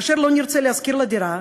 כאשר לא נרצה להשכיר לו דירה,